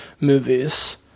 movies